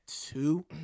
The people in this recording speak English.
two